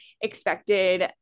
expected